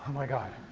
my god!